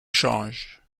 change